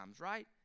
right